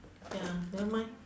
ya nevermind